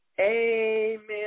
Amen